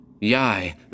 Yai